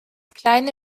kleine